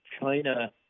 China